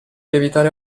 evitare